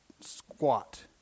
squat